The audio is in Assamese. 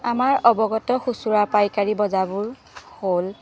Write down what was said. আমাৰ অৱগত খুচুৰা পাইকাৰী বজাৰবোৰ হ'ল